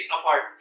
apart